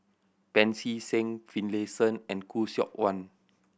Pancy Seng Finlayson and Khoo Seok Wan